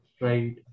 Right